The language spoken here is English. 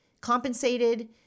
compensated